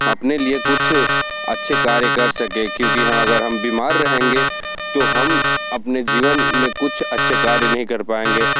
अपने लिए कुछ अच्छे कार्य कर सके क्योंकि हाँ अगर हम बीमार रहेंगे तो हम अपने जीवन में कुछ अच्छे कार्य नहीं कर पाएंगे